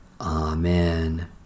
Amen